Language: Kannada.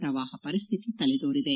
ಶ್ರವಾಹ ಪರಿಸ್ಥಿತಿ ತಲೆದೋರಿದೆ